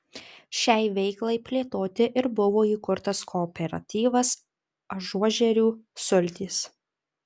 šiai veiklai plėtoti ir buvo įkurtas kooperatyvas ažuožerių sultys